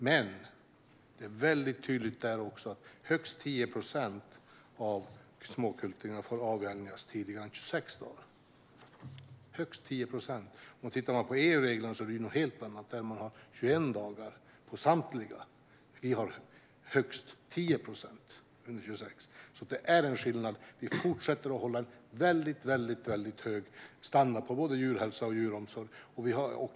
Men också där är det tydligt: Högst 10 procent av småkultingarna får avvänjas tidigare än 26 dagar. I EU-reglerna är det något helt annat. Där har man 21 dagar för samtliga. Vi har högst 10 procent under 26 dagar, så det är skillnad. Vi fortsätter att hålla en hög standard på både djurhälsa och djuromsorg.